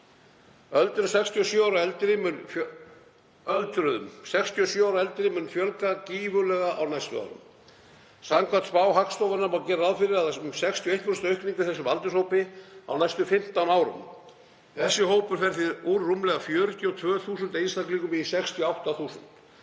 Öldruðum, 67 ára og eldri, mun fjölga gífurlega á næstu árum. Samkvæmt spá Hagstofunnar má gera ráð fyrir um 61% aukningu í þessum aldurshópi næstu 15 árin. Þessi hópur fer því úr rúmlega 42.000 einstaklingum í 68.000.